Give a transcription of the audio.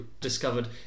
discovered